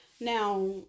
now